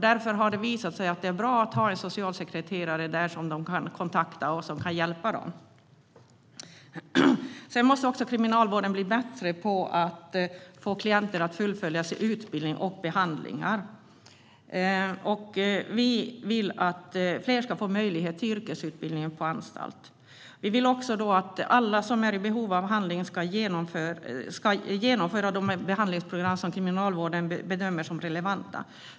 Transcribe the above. Därför har det visat sig att det är bra att ha en socialsekreterare på plats som de kan kontakta och som kan hjälpa dem. Kriminalvården måste också bli bättre på att få klienterna att fullfölja utbildningar och behandlingar. Vi vill att fler ska få möjlighet till yrkesutbildning på anstalt. Vi vill också att alla som är i behov av behandling ska genomföra de behandlingsprogram som Kriminalvården bedömer som relevanta.